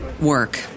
work